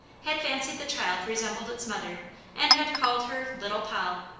had fancied the child resembled its mother and had called her little poll.